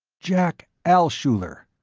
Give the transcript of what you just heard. jack alshuler,